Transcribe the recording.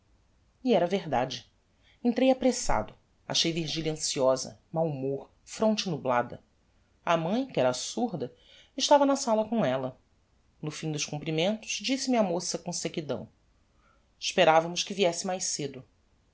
e era verdade entrei apressado achei virgilia anciosa mau humor fronte nublada a mãe que era surda estava na sala com ella no fim dos comprimentos disse-me a moça com sequidão esperavamos que viesse mais cedo